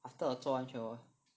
after 我做完就